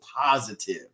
positive